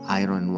iron